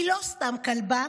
היא לא סתם כלבה.